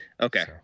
Okay